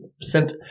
sent